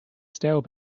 stale